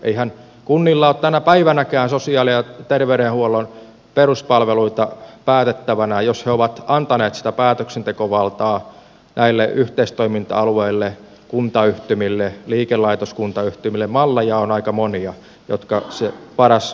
eihän kunnilla ole tänä päivänäkään sosiaali ja terveydenhuollon peruspalveluita päätettävänään jos he ovat antaneet sitä päätöksentekovaltaa näille yhteistoiminta alueille kuntayhtymille liikelaitoskuntayhtymille malleja on aika monia jotka se paras puitelaki linjasi